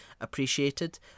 appreciated